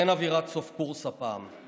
אין אווירת סוף קורס הפעם.